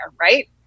right